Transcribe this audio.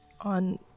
On